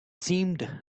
seemed